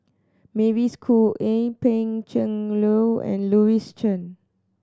Mavis Khoo Oei Pan Cheng Lui and Louis Chen